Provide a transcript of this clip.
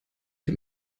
dem